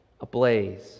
ablaze